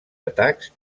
atacs